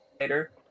later